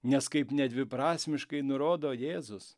nes kaip nedviprasmiškai nurodo jėzus